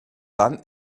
dann